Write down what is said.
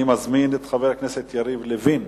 אני מזמין את חבר הכנסת יריב לוין,